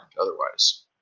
otherwise